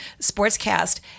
sportscast